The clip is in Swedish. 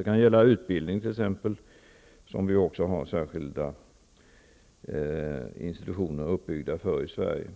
Hjälpinsatserna kan gälla t.ex. utbildning, som vi har särskildt uppbygga institutioner för i Sverige.